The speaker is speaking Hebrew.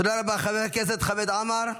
תודה רבה, חבר הכנסת חמד עמאר,